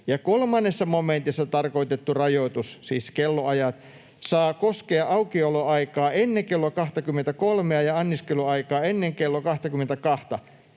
ja 3 momentissa tarkoitettu rajoitus”, siis kellonajat, ”saa koskea aukioloaikaa ennen kello 23:a ja anniskeluaikaa ennen kello 22:ta